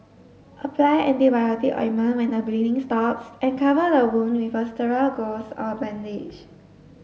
apply antibiotic ointment when the bleeding stops and cover the wound with a sterile gauze or bandage